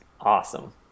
awesome